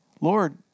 Lord